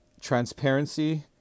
transparency